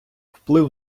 вплив